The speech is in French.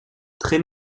très